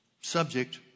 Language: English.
subject